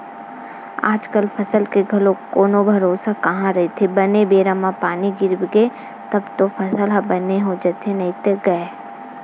आजकल फसल के घलो कोनो भरोसा कहाँ रहिथे बने बेरा म पानी गिरगे तब तो फसल ह बने हो जाथे नइते गय